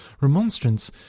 remonstrance